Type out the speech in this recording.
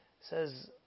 Says